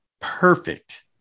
perfect